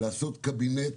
לעשות קבינט